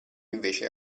invece